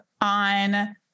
on